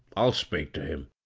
i'll speak ter him.